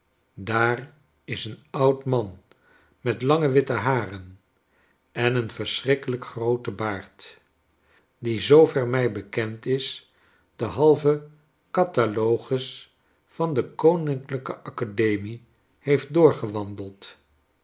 daar is een oud man met lange witte haren en een verschrikkelijkgrootenbaard die zoover mij bekend is den halve catalogus van de koninklijke academie heeft